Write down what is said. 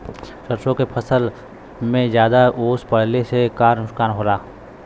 सरसों के फसल मे ज्यादा ओस पड़ले से का नुकसान होला?